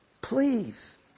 Please